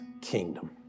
kingdom